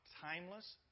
timeless